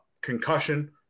concussion